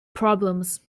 problems